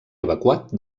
evacuat